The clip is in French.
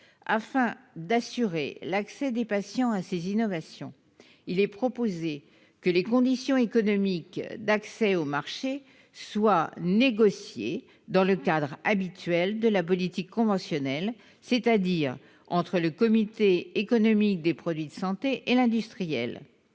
Afin d'assurer aux patients l'accès à ces innovations, il est proposé que les conditions économiques d'accès au marché soient négociées dans le cadre habituel de la politique conventionnelle, c'est-à-dire entre le comité économique des produits de santé et l'industriel.